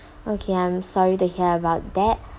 okay I'm sorry to hear about that